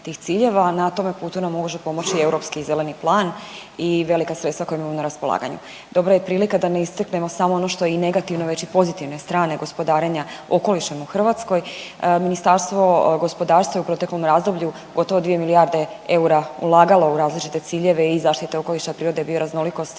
na tom putu nam može pomoći i europski zeleni plan i velika sredstva koja imamo na raspolaganju. Dobra je prilika da ne iscrpimo samo ono što je i negativno već i pozitivne strane gospodarenja okolišem u Hrvatskoj. Ministarstvo gospodarstva je u proteklom razdoblju gotovo dvije milijarde eura ulagalo u različite ciljeve i zaštite okoliša, prirode, bioraznolikosti,